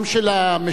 גם של המשדרים,